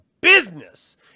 business